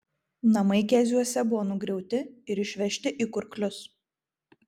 namai keziuose buvo nugriauti ir išvežti į kurklius